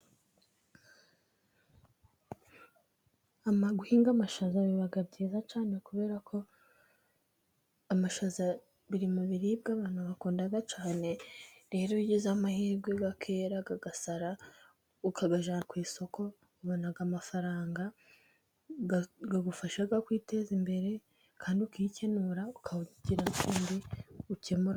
Guhinga amashaza biba byiza cyane, kubera ko amashaza ari mu biribwa abantu bakunda cyane, rero iyo ugize amahirwe akera agasara ukayajyana ku isoko, ubona amafaranga agufasha kwiteza imbere, kandi ukikenura ukagira n'utundi ukemura.